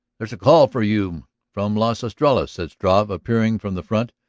there's a call for you from las estrellas, said struve, appearing from the front,